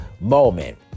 moment